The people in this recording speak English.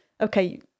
okay